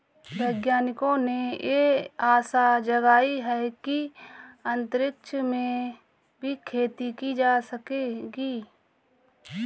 वैज्ञानिकों ने यह आशा जगाई है कि अंतरिक्ष में भी खेती की जा सकेगी